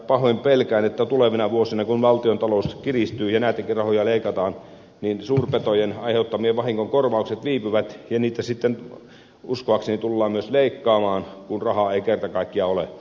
pahoin pelkään että tulevina vuosina kun valtiontalous kiristyy ja näitäkin rahoja leikataan suurpetojen aiheuttamien vahinkojen korvaukset viipyvät ja niitä sitten uskoakseni tullaan myös leikkaamaan kun rahaa ei kerta kaikkiaan ole